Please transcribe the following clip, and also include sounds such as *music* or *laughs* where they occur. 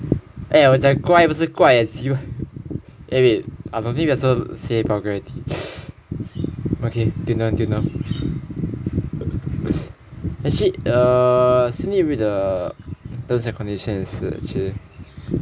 eh 我讲乖不是怪 eh cibai eh must control yourself to say vulgarity okay tune down tune down *laughs* is it err still need read the terms and conditions 也是 actually